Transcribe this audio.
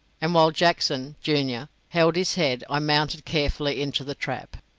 and while jackson, junior, held his head, i mounted carefully into the trap.